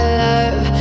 love